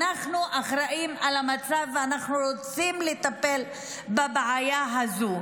אנחנו אחראים למצב ואנחנו רוצים לטפל בבעיה הזו.